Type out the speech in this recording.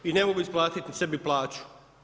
ne mogu isplatiti sebi plaću.